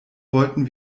wollten